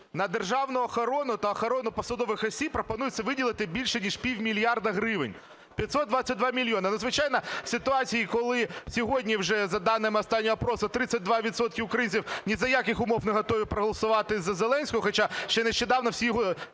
На державну охорону та охорону посадових осіб пропонується виділити більше, ніж пів мільярда гривень – 522 мільйони. Звичайно, в ситуації, коли сьогодні вже за даними останнього опросу 32 відсотки українців ні за яких умов не готові проголосувати за Зеленського, хоча ще нещодавно всі його